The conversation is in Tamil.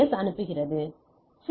எஸ் அனுப்புகிறது சி